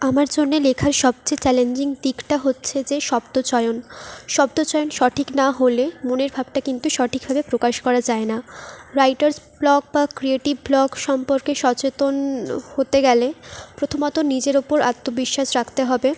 আমার জন্যে লেখার সবচেয়ে চ্যালেঞ্জিং দিকটা হচ্ছে যে শব্দ চয়ন শব্দ চয়ন সঠিক না হলে মনের ভাবটা কিন্তু সঠিকভাবে প্রকাশ করা যায় না রাইটার্স ব্লক বা ক্রিয়েটিভ ব্লক সম্পর্কে সচেতন হতে গেলে প্রথমত নিজের উপর আত্মবিশ্বাস রাখতে হবে